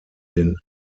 den